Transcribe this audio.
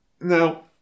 Now